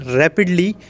rapidly